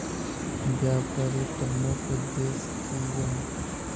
व्यापारी प्रमुख उद्देश्य की जाहा?